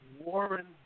Warren